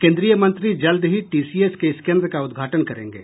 केंद्रीय मंत्री जल्द ही टी सी एस के इस केंद्र का उद्घाटन करेंगे